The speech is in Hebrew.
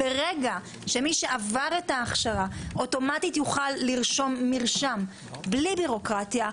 ברגע שמי שעבר את ההכשרה אוטומטית יוכל לרשום מרשם בלי ביורוקרטיה,